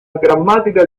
grammatica